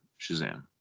Shazam